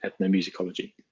ethnomusicology